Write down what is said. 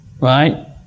right